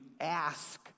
ask